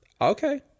Okay